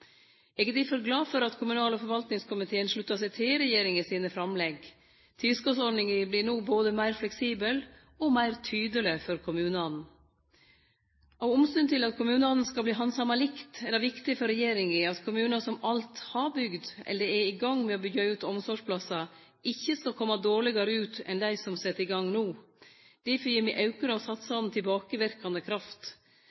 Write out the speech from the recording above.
Eg er difor glad for at kommunal- og forvaltningskomiteen sluttar seg til regjeringa sine framlegg. Tilskotsordninga vert no både meir fleksibel og meir tydeleg for kommunane. Av omsyn til at kommunane skal verte handsama likt, er det viktig for regjeringa at kommunar som alt har bygd, eller er i gang med å byggje ut omsorgsplassar, ikkje skal kome dårlegare ut enn dei som set i gang no. Difor gir me